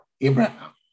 Abraham